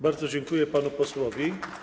Bardzo dziękuję panu posłowi.